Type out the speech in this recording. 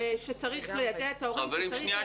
צריך ליידע את ההורים וצריך --- חברים,